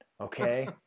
okay